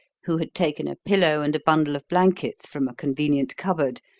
who had taken a pillow and a bundle of blankets from a convenient cupboard,